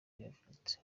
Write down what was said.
yavutse